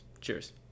cheers